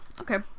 Okay